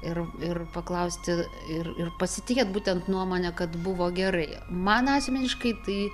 ir ir paklausti ir ir pasitikėt būtent nuomone kad buvo gerai man asmeniškai tai